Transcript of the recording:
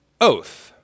oath